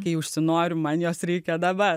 kai užsinoriu man jos reikia dabar